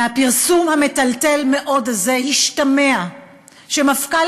מהפרסום המטלטל-מאוד הזה השתמע שמפכ"ל